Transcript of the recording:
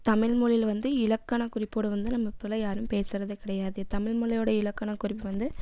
தமிழ்மொழியில் வந்து இலக்கணக் குறிப்போடு வந்து நம்ம பிழை யாரும் பேசுகிறதே கிடையாது தமிழ்மொழியோட இலக்கணக் குறிப்பு வந்து